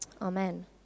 Amen